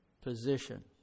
position